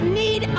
need